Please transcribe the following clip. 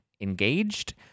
engaged